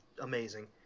amazing